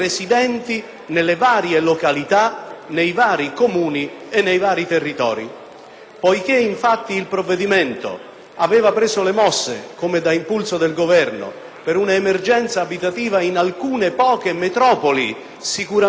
territori. Il provvedimento, infatti, aveva preso le mosse, come da impulso del Governo, per un'emergenza abitativa in alcune poche metropoli, sicuramente contrassegnate - specie in alcune zone e quartieri - da un'effettiva emergenza abitativa,